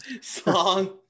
song